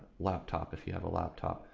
laptop, if you have a laptop.